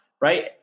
right